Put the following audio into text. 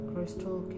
Crystal